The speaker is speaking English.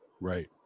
Right